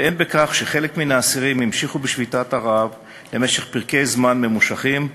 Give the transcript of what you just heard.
והן בכך שחלק מהאסירים המשיכו בשביתת הרעב למשך פרקי זמן ממושכים,